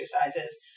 exercises